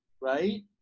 right